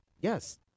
Yes